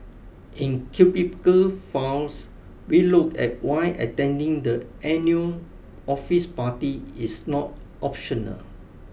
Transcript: in Cubicle Files we look at why attending the annual office party is not optional